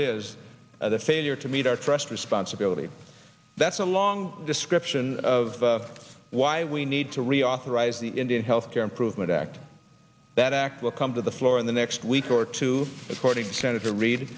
it is the failure to meet our trust responsibility that's a long description of why we need to reauthorize the indian health care improvement act that act will come to the floor in the next week or two according to senator re